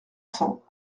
cents